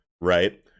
right